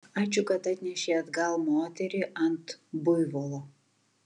ačiū kad atnešei atgal moterį ant buivolo